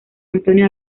antonio